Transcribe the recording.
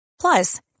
Plus